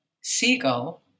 seagull